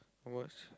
how much